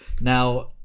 now